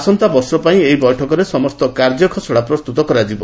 ଆସନ୍ତା ବର୍ଷ ପାଇଁ ଏହି ବୈଠକରେ ସମସ୍ତ କାର୍ଯ୍ୟଖସଡା ପ୍ରସ୍ତୁତ କରାଯିବ